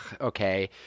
okay